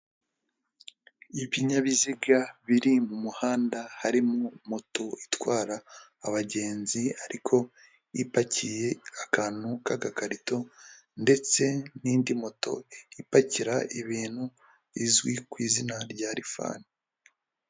Ibinyabiziga biri mu muhanda harimo moto itwara abagenzi ariko ipakiye akantu k'agakarito ndetse n'indi moto ipakira ibintu izwi ku izina rya rifani.